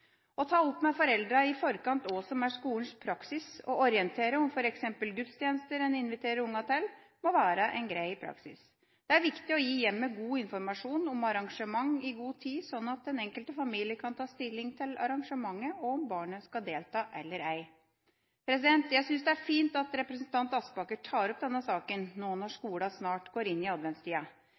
Å ta opp med foreldrene i forkant hva som er skolens praksis, og orientere om f.eks. gudstjenester en inviterer ungene til, må anses å være en grei praksis. Det er viktig å gi hjemmet god informasjon om arrangementer i god tid sånn at den enkelte familie kan ta stilling til arrangementet, og om barnet skal delta eller ei. Jeg synes det er fint at representanten Aspaker tar opp denne saken, nå når skolene snart går inn i adventstida.